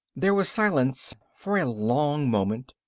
there was silence for a long moment,